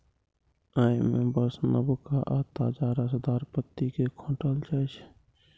अय मे बस नवका आ ताजा रसदार पत्ती कें खोंटल जाइ छै